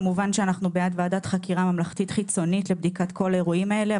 כמובן שאנחנו בעד ועדת חקירה ממלכתית חיצונית לבדיקת כל האירועים האלה,